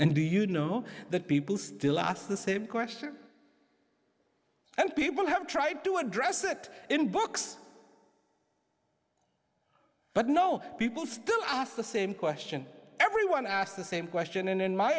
and do you know that people still ask the same question and people have tried to address it in books but no people still ask the same question everyone asks the same question and in my